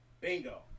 Bingo